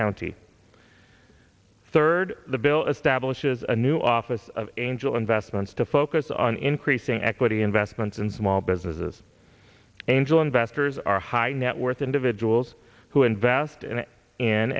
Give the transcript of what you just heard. county third the bill establishes a new office of angel investments to focus on increasing equity investments and small businesses angel investors are high net worth individuals who invest and i